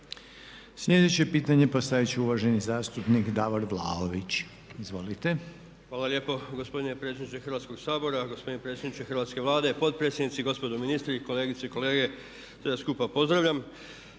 Sljedeće pitanje postaviti će uvaženi zastupnik Davor Vlaović. Izvolite. **Vlaović, Davor (HSS)** Hvala lijepo gospodine predsjedniče Hrvatskog sabora, gospodine predsjedniče Hrvatske Vlade, potpredsjednici i gospodo ministri, kolegice i kolege sve vas skupa pozdravljam.